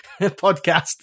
podcast